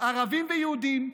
ערבים ויהודים,